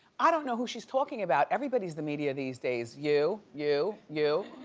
i don't know who she's talking about. everybody's the media these days, you, you, you.